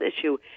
issue